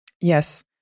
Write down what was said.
Yes